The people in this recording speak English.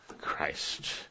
Christ